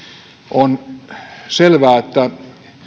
on selvää että